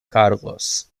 carlos